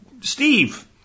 Steve